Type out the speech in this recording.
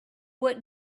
what